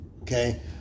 Okay